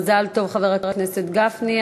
מזל טוב, חבר הכנסת גפני.